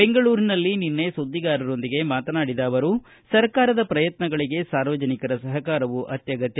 ಬೆಂಗಳೂರಿನಲ್ಲಿ ನಿನ್ನೆ ಸುದ್ಗಿಗಾರರೊಂದಿಗ ಮಾತನಾಡಿದ ಅವರು ಸರ್ಕಾರದ ಪ್ರಯತ್ನಗಳಿಗೆ ಸಾರ್ವಜನಿಕರ ಸಹಕಾರವೂ ಅತ್ಯಗತ್ಯ